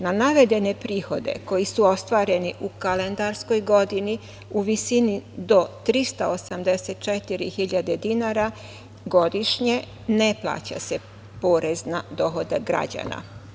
Na navedene prihode koji su ostvareni u kalendarskoj godini, u visini do 384.000 dinara godišnje ne plaća se porez na dohodak građana.